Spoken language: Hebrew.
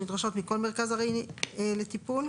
מכל מרכז ארעי לטיפול),